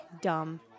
dumb